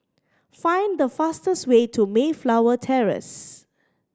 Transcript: find the fastest way to Mayflower Terrace